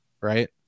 right